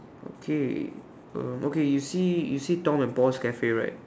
okay um okay you see you see Tom and Paul's Cafe right